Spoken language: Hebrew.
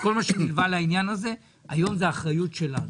וכל מה שנלווה לעניין הזה, היום זה אחריות שלנו.